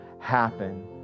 happen